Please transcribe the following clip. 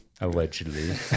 Allegedly